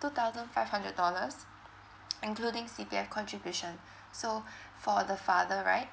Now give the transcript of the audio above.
two thousand five hundred dollars including C_P_F contribution so for the father right